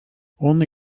only